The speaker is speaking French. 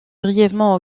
brièvement